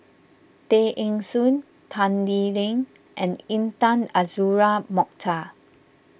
Tay Eng Soon Tan Lee Leng and Intan Azura Mokhtar